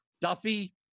Duffy